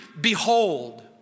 behold